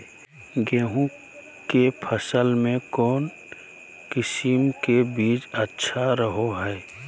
गेहूँ के फसल में कौन किसम के बीज अच्छा रहो हय?